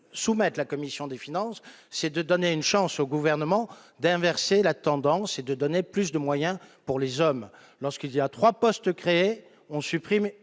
soumettre la commission des finances, c'est de donner une chance au gouvernement d'inverser la tendance est de donner plus de moyens pour les hommes, lorsqu'il y a 3 postes créés on supprimé